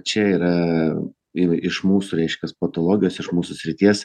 čia yra ir iš mūsų reiškias patologijos iš mūsų srities